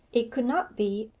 it could not be,